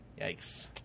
Yikes